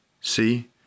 See